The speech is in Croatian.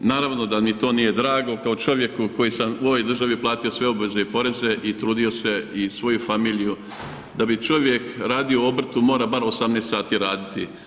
Naravno da mi to nije drago kao čovjeku koji sam u ovoj državi platio sve obveze i poreze i trudio se i svoju familiju, da bi čovjek radio u obrtu mora bar 18 sati raditi.